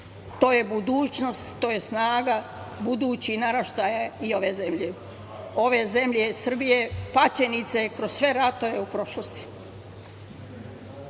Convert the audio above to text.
To je budućnost, to je snaga budućih naraštaja i ove zemlje, ove zemlje Srbije paćenice kroz sve ratove u prošlosti.U